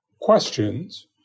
questions